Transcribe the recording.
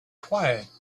quiet